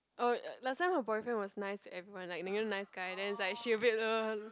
oh last time her boyfriend was nice to everyone like you know nice guy then is like she a bit !ugh!